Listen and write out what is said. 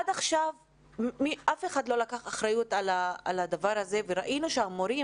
עד עכשיו אף אחד לא לקח אחריות על הדבר הזה וראינו שהמורים